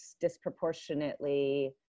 disproportionately